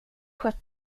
skött